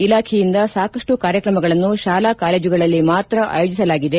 ಇಲಾಖೆಯಿಂದ ಸಾಕಷ್ಟು ಕಾರ್ಯಕ್ರಮಗಳನ್ನು ಶಾಲಾ ಕಾಲೇಜುಗಳಲ್ಲಿ ಮಾತ್ರ ಅಯೋಜಿಸಲಾಗಿದೆ